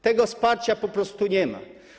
Tego wsparcia po prostu nie ma.